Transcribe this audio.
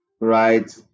right